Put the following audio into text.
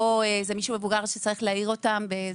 או מישהו מבוגר שמעיר אותם.